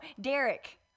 Derek